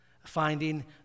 Finding